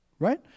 right